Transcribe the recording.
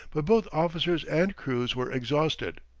but both officers and crews were exhausted.